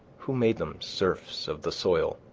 who made them serfs of the soil?